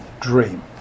dream